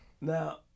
Now